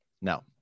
no